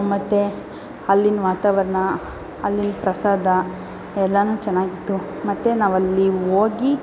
ಮತ್ತು ಅಲ್ಲಿನ ವಾತಾವರಣ ಅಲ್ಲಿನ ಪ್ರಸಾದ ಎಲ್ಲವು ಚೆನ್ನಾಗಿತ್ತು ಮತ್ತು ನಾವು ಅಲ್ಲಿ ಹೋಗಿ